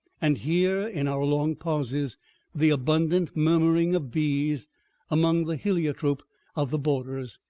and hear in our long pauses the abundant murmuring of bees among the heliotrope of the borders.